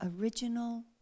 original